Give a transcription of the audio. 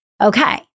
Okay